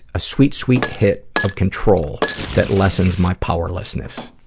sweet sweet hit of control that lessens my powerlessness.